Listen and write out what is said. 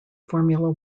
formula